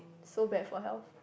so bad for health